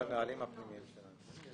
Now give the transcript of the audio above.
יש בנהלים הפנימיים שלנו.